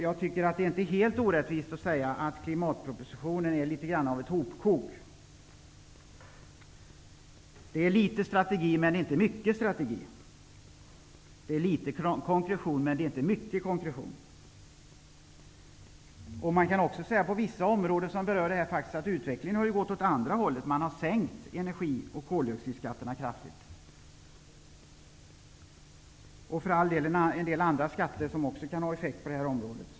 Det är inte helt orättvist att hävda att klimatpropositionen är något av ett hopkok. Där finns inte mycket av strategi och konkretion. På vissa områden har utvecklingen gått åt andra hållet. Där föreslås att energi och koldioxidskatterna skall sänkas kraftigt. Det här gäller för all del en del andra skatter som också kan ha effekt på det här området.